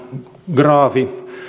graafi